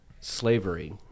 slavery